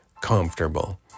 comfortable